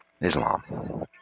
Islam